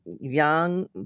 young